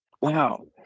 Wow